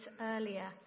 earlier